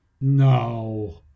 No